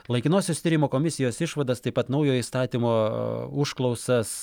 laikinosios tyrimo komisijos išvadas taip pat naujo įstatymo užklausas